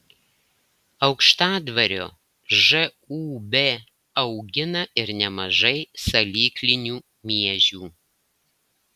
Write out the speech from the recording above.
aukštadvario žūb augina ir nemažai salyklinių miežių